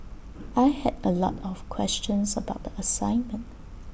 I had A lot of questions about the assignment